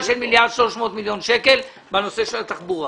של 1.3 מיליארד שקלים בנושא של התחבורה.